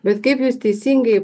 bet kaip jūs teisingai